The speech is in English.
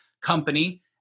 company